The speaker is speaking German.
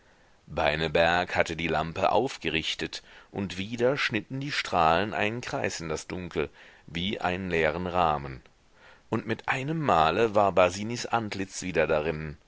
beineberg hatte die lampe aufgerichtet und wieder schnitten die strahlen einen kreis in das dunkel wie einen leeren rahmen und mit einem male war basinis antlitz wieder darinnen